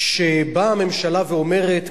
כשבאה הממשלה ואומרת,